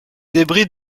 débris